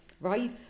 right